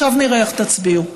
עכשיו נראה איך תצביעו.